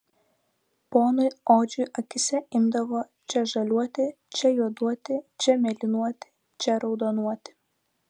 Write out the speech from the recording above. ponui odžiui akyse imdavo čia žaliuoti čia juoduoti čia mėlynuoti čia raudonuoti